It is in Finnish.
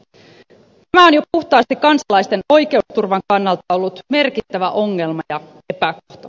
tämä on jo puhtaasti kansalaisten oikeusturvan kannalta ollut merkittävä ongelma ja epäkohta